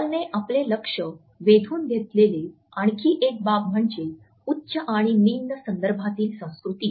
हॉलने आपले लक्ष वेधून घेतलेले आणखी एक बाब म्हणजे उच्च आणि निम्न संदर्भातील संस्कृती